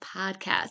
Podcast